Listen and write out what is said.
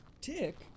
Tick